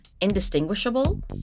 indistinguishable